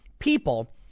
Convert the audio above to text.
people